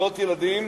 עשרות ילדים,